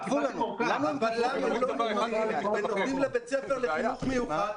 הם אומרים דבר אחד, כותבים מכתב אחר.